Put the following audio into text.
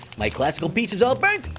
my classical pieces all burnt.